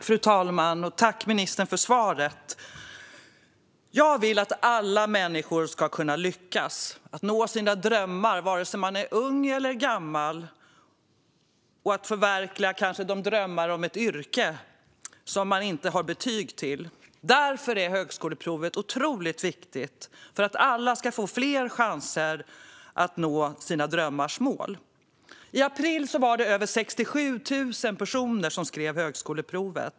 Fru talman! Jag tackar ministern för svaret. Jag vill att alla människor ska kunna lyckas nå sina drömmar, vare sig man är ung eller gammal. Det kan handla om att förverkliga drömmar om ett yrke som man inte har betyg till. Därför är högskoleprovet otroligt viktigt - för att alla ska få fler chanser att nå sina drömmars mål. I april var det över 67 000 personer som skrev högskoleprovet.